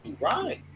Right